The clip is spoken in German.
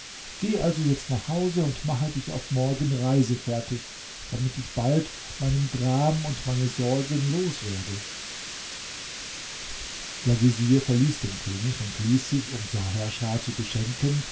geh also jetzt nach hause und mache dich auf morgen reisefertig damit ich bald meinen gram und meine sorgen los werde der vezier verließ den könig und ließ sich um saherschah zu beschenken